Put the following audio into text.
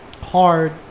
hard